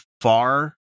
far